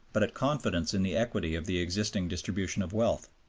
but at confidence in the equity of the existing distribution of wealth.